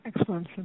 Excellent